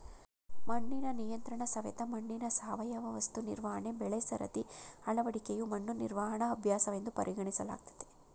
ಮಣ್ಣಿನ ನಿಯಂತ್ರಣಸವೆತ ಮಣ್ಣಿನ ಸಾವಯವ ವಸ್ತು ನಿರ್ವಹಣೆ ಬೆಳೆಸರದಿ ಅಳವಡಿಕೆಯು ಮಣ್ಣು ನಿರ್ವಹಣಾ ಅಭ್ಯಾಸವೆಂದು ಪರಿಗಣಿಸಲಾಗ್ತದೆ